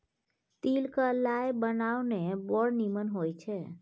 तिल क लाय बनाउ ने बड़ निमन होए छै